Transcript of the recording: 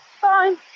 Fine